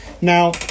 Now